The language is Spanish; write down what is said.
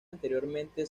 anteriormente